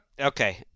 Okay